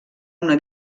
una